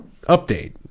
update